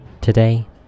Today